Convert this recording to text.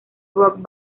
rock